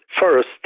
first